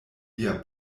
via